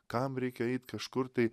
kam reikia eit kažkur tai